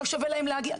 לא שווה להם להגיע.